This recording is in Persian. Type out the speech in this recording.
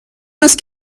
است